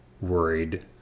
worried